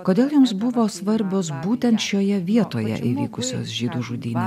kodėl jums buvo svarbios būtent šioje vietoje įvykusios žydų žudynės